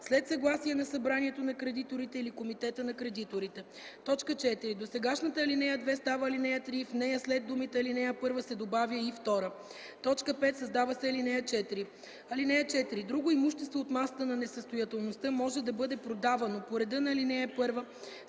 след съгласие на събранието на кредиторите или комитета на кредиторите.” 4. Досегашната ал. 2 става ал. 3 и в нея след думите „ал. 1” се добавя „и 2”. 5. Създава се ал. 4: „(4) Друго имущество от масата на несъстоятелността може да бъде продавано по реда на ал. 1